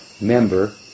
member